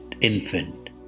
infant